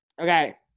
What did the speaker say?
Okay